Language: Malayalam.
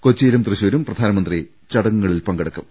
കൊച്ചിയിലും തൃശൂരും പ്രധാനമന്ത്രി ചട ങ്ങുകളിൽ പങ്കെടുക്കും